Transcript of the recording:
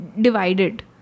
divided